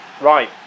Right